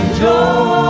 joy